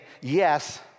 yes